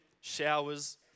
showers